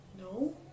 no